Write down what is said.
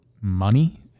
money